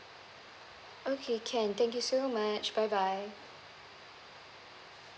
okay can thank you so much bye bye